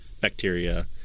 bacteria